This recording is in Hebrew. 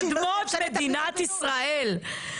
אדמות מדינת ישראל.